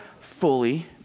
fully